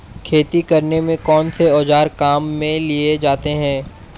खेती करने में कौनसे औज़ार काम में लिए जाते हैं?